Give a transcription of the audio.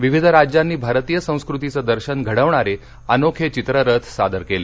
विविध राज्यांनी भारतीय संस्कृतीचं दर्शन घडवणारे अनोखे चित्ररथ सादर केले